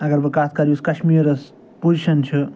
اگر بہٕ کتھ کَرٕ یُس کشمیٖرس پُزِشَن چھِ